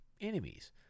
enemies